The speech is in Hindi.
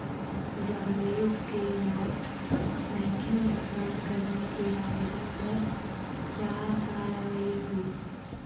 जावेद के नेट बैंकिंग बंद करने के आवेदन पर क्या कार्यवाही हुई?